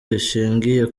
rishingiye